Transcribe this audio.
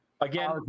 Again